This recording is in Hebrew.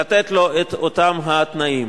לתת לו את אותם תנאים.